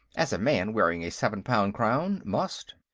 as a man wearing a seven-pound crown must.